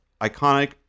iconic